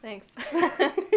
Thanks